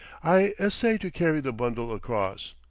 i essay to carry the bundle across.